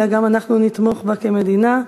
אלא שגם אנחנו נתמוך בה כמדינה.